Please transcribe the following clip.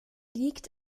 liegt